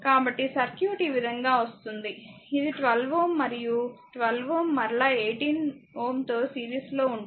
కాబట్టిసర్క్యూట్ ఈ విధంగా వస్తుంది ఇది 12 Ω మరియు 12 Ω మరలా 18 Ω తో సీరీస్ లో ఉంటుంది